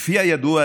כפי הידוע,